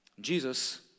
Jesus